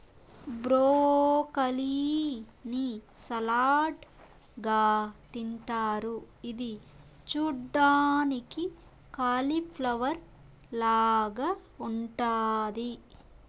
broccoli ని salad గా తింటారు ఇది చూడ్డానికి కాలిఫ్లవర్ లాగ ఉంటాది